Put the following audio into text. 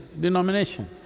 denomination